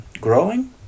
growing